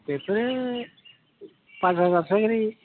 बेबो पास हाजारसो गोग्लैयो